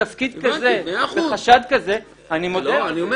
בתפקיד כזה, בחשד כזה, אני מודה בוודאי שלא.